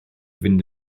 fynd